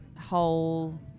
whole